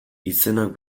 izenak